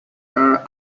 are